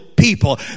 people